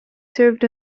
served